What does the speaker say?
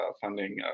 funding